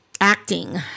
acting